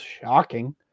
Shocking